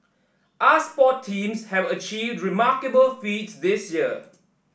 our sport teams have achieved remarkable feats this year